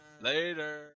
Later